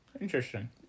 Interesting